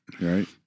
right